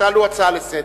שתעלו הצעה לסדר-היום,